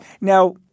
Now